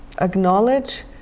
acknowledge